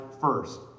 first